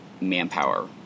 manpower